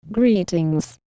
Greetings